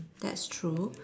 that's true